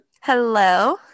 hello